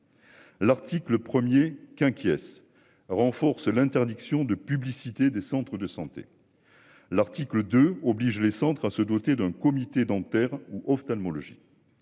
L'article 1er qu'Quiès renforce l'interdiction de publicité des centres de santé. L'article 2 obligent les centres à se doter d'un comité dentaires ou ophtalmologiques.